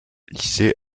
réalisés